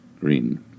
Green